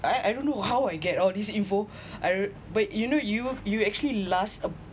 I I don't know how I get all these info I but you know you you actually last uh